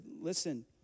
listen